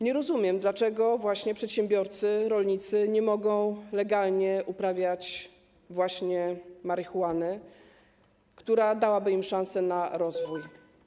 Nie rozumiem, dlaczego przedsiębiorcy, rolnicy nie mogą legalnie uprawiać właśnie marihuany, która dałaby im szansę na rozwój.